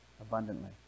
Abundantly